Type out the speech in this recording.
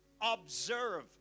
observe